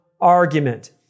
argument